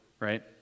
Right